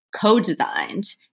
co-designed